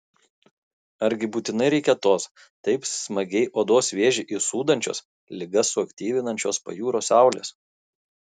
argi būtinai reikia tos taip smagiai odos vėžį įsūdančios ligas suaktyvinančios pajūrio saulės